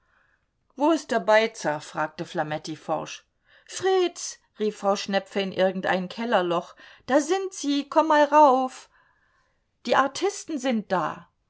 wo ist der beizer fragte flametti forsch fritz rief frau schnepfe in irgendein kellerloch da sind sie komm einmal rauf die artisten sind da